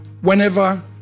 whenever